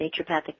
Naturopathic